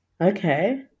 Okay